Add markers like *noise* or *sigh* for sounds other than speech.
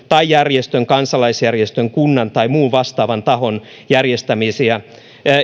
*unintelligible* tai järjestön kansalaisjärjestön kunnan tai muun vastaavan tahon järjestämiä